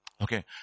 Okay